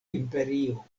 imperio